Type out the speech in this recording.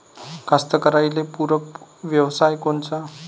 कास्तकाराइले पूरक व्यवसाय कोनचा?